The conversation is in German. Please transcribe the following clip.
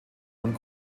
und